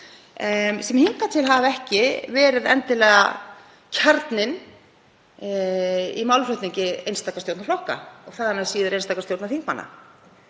sem hingað til hafa ekki verið endilega kjarninn í málflutningi einstakra stjórnarflokka og þaðan af síður einstakra stjórnarþingmanna.